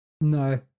No